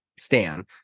Stan